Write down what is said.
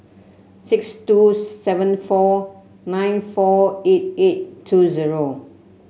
six two seven four nine four eight eight two zero